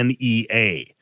NEA